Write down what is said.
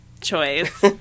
choice